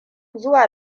zuwa